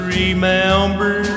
remember